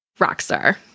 Rockstar